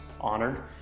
honored